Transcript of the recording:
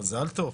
מזל טוב.